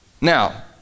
Now